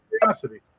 curiosity